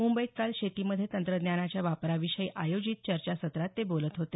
मुंबईत काल शेतीमध्ये तंत्रज्ञानाच्या वापराविषयी आयोजित चर्चासत्रात ते बोलत होते